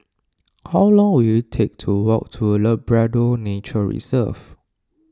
how long will it take to walk to Labrador Nature Reserve